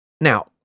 Now